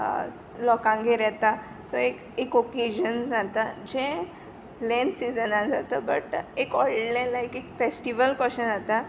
लोकांगेर येता सो एक एक ओकेजन जाता जें लॅन सिजनान जाता बट एक व्होडलें लायक एक फेस्टीवल कोशें जाता